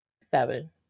seven